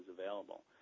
available